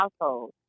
household